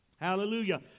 Hallelujah